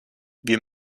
wir